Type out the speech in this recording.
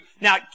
Now